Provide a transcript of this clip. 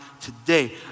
today